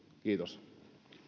kiitos